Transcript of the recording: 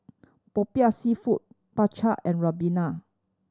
Popiah Seafood Bak Chang and ribena